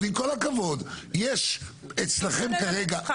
אבל עם כל הכבוד יש אצלכם כרגע